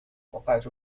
وقعت